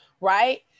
right